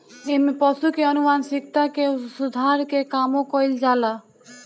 एमे पशु के आनुवांशिकता के सुधार के कामो कईल जाला